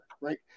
right